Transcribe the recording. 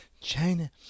China